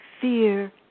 fear